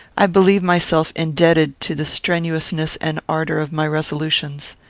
i believe myself indebted to the strenuousness and ardour of my resolutions.